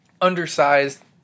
undersized